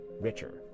richer